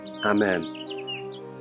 amen